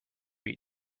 eat